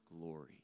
glory